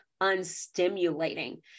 unstimulating